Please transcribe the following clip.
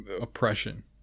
oppression